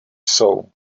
jsou